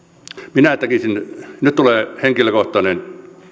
minä tekisin nyt tulee henkilökohtainen